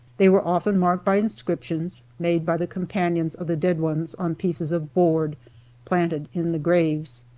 they were often marked by inscriptions, made by the companions of the dead ones on pieces of board planted in the graves.